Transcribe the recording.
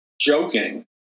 joking